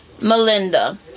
Melinda